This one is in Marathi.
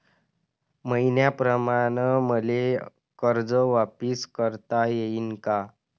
मईन्याप्रमाणं मले कर्ज वापिस करता येईन का?